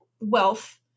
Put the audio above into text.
wealth